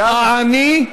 העני,